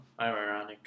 ironic